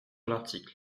l’article